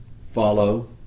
follow